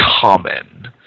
common